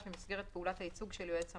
במסגרת פעולת הייצוג של יועץ המס,